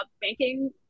banking